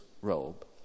robe